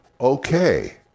okay